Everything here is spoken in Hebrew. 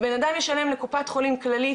בן אדם ישלם לקופת חולים כללית